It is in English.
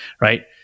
right